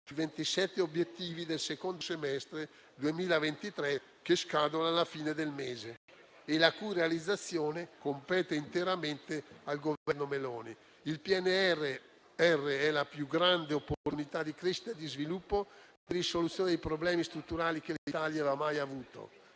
27 obiettivi del secondo semestre 2023, che scadono alla fine del mese e la cui realizzazione compete interamente al Governo Meloni. Il PNRR è la più grande opportunità di crescita, di sviluppo, di risoluzione dei problemi strutturali che l'Italia abbia mai avuto